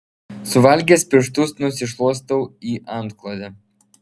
suvalgęs pirštus nusišluostau į antklodę